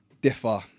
differ